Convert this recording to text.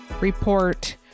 report